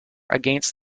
against